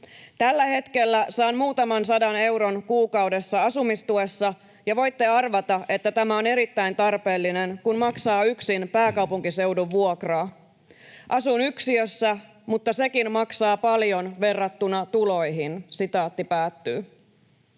Tällä hetkellä saan muutaman sadan euron kuukaudessa asumistuessa, ja voitte arvata, että tämä on erittäin tarpeellinen, kun maksaa yksin pääkaupunkiseudun vuokraa. Asun yksiössä, mutta sekin maksaa paljon verrattuna tuloihin.” ”Asumistuen